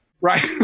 right